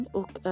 och